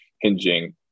hinging